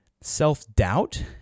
self-doubt